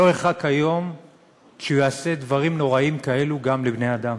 לא ירחק היום שהוא יעשה דברים נוראים כאלו גם לבני-אדם.